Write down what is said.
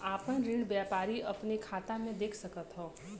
आपन ऋण व्यापारी अपने खाते मे देख सकत हौ